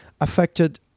affected